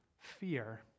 Fear